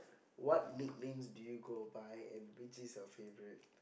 what nicknames do you go by and which is your favourite